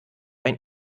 ein